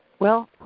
well,